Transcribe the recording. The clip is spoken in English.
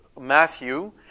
Matthew